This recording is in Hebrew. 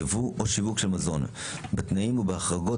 ייבוא או שיווק של מזון בתנאים ובהחרגות